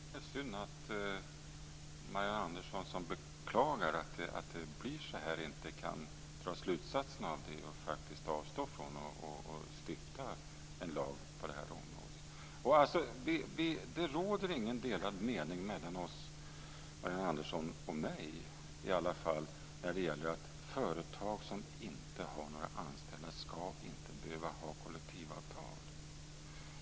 Fru talman! Det är synd att Marianne Andersson, som beklagar att det blir så här, inte kan dra slutsatsen av det och faktiskt avstå från att stifta en lag på detta område. Det råder ingen delad mening mellan oss, åtminstone inte mellan Marianne Andersson och mig, om att företag som inte har några anställda inte ska behöva ha kollektivavtal.